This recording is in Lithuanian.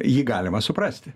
jį galima suprasti